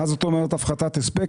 מה זאת אומרת הפחתת הספק?